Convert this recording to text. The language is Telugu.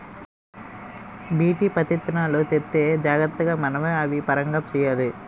బీటీ పత్తిత్తనాలు తెత్తే జాగ్రతగా మనమే అవి పరాగం చెయ్యాలి